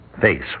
face